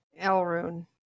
Elrune